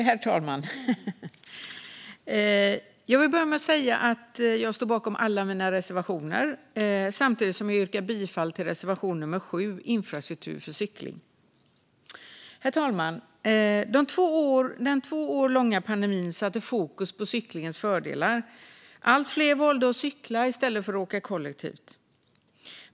Herr talman! Jag står bakom alla mina reservationer, men jag yrkar bifall endast till reservation nummer 7 om infrastruktur för cykling. Herr talman! Den två år långa pandemin satte fokus på cyklingens fördelar. Allt fler valde att cykla i stället för att åka kollektivt.